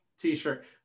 t-shirt